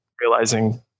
realizing